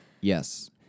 Yes